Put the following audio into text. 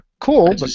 Cool